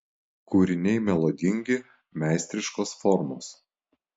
kūriniai melodingi meistriškos formos